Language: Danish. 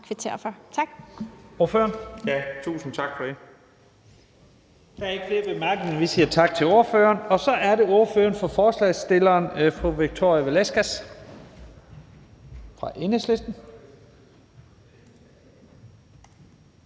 kvittere for. Tak.